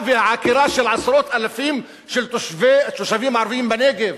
והעקירה של עשרות אלפים של תושבים ערבים בנגב,